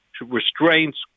restraints